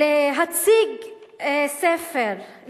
להציג ספר,